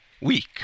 week